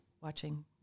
watching